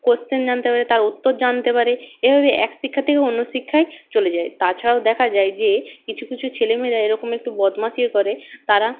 question জানতে পারে তার উত্তর জানতে পারে এভাবে এক শিক্ষা থেকে অন্য শিক্ষায় চলে যায় তাছাড়াও দেখা যায় যে কিছু কিছু ছেলে মেয়েরা এরকম একটু বদমাইশিও করে তারা